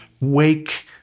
wake